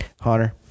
Hunter